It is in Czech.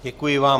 Děkuji vám.